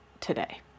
today